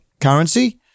currency